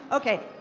okay,